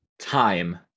time